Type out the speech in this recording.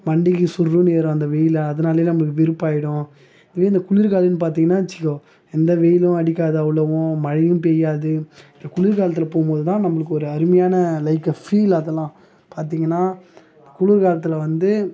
வண்டிக்கு சுர்ருன்னு ஏறும் அந்த வெயில் அதனாலே நம்மளுக்கு வெறுப்பாகிடும் இதுவே இந்த குளிர்காலம்னு பார்த்தீங்கனா வச்சுக்கோ எந்த வெயிலும் அடிக்காது அவ்வளோவும் மழையும் பெய்யாது குளிர் காலத்தில் போகும்போதுதான் நம்மளுக்கு ஒரு அருமையான லைக்கு ஃபீல் அதெல்லாம் பார்த்தீங்கன்னா குளிர்காலத்தில் வந்து